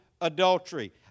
adultery